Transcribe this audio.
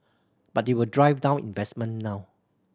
but they will drive down investment now